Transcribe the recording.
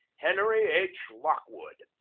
henry h. lockwood,